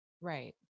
Right